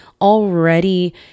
already